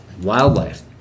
wildlife